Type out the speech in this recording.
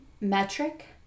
Metric